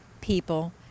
people